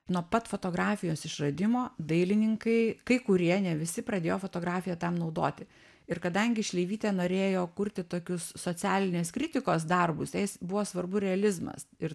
nuo pat fotografijos išradimo dailininkai kai kurie ne visi pradėjo fotografiją tam naudoti ir kadangi šleivytė norėjo kurti tokius socialinės kritikos darbus jai buvo svarbu realizmas ir